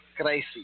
crazy